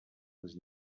was